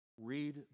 Read